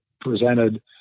presented